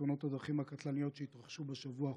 תאונות הדרכים הקטלניות שהתרחשו בשבוע החולף.